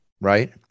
right